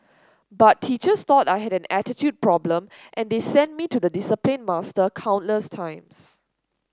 but teachers thought I had an attitude problem and they sent me to the discipline master countless times